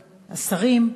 השרים,